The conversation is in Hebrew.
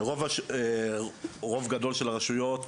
רוב גדול של הרשויות,